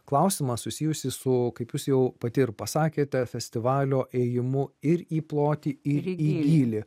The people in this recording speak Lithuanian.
klausimą susijusį su kaip jūs jau pati ir pasakėte festivalio ėjimu ir į plotį į rylį